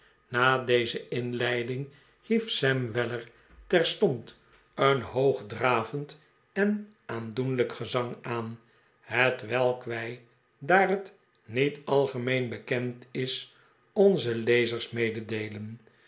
na deze inleiding hief sam weller terstond een hoogdravend en aandoenlijk gezang aan hetwelk wij daar het niet algemeen bekend is onzen lezers mededeelen